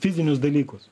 fizinius dalykus